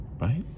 right